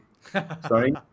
sorry